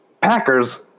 Packers